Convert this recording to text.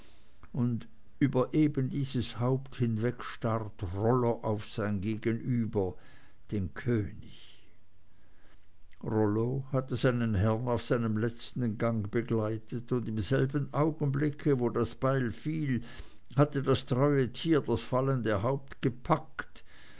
und über ebendieses haupt hinweg starrt rollo auf sein gegenüber den könig rollo hatte seinen herrn auf seinem letzten gang begleitet und im selben augenblick wo das beil fiel hatte das treue tier das fallende haupt gepackt